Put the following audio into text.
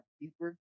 deeper